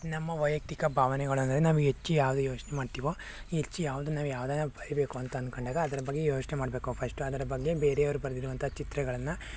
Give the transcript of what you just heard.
ನಮ್ಮ ವೈಯಕ್ತಿಕ ಭಾವನೆಗಳಂದರೆ ನಾವು ಹೆಚ್ಚು ಯಾವುದು ಯೋಚನೆ ಮಾಡ್ತೀವೊ ಹೆಚ್ಚು ಯಾವುದು ನಾವು ಯಾವ್ದನ ಬರೀಬೇಕು ಅಂತ ಅಂದ್ಕೊಂಡಾಗ ಅದರ ಬಗ್ಗೆ ಯೋಚನೆ ಮಾಡಬೇಕು ಫರ್ಸ್ಟು ಅದರ ಬಗ್ಗೆ ಬೇರೆಯವ್ರು ಬರೆದಿರುವಂಥ ಚಿತ್ರಗಳನ್ನು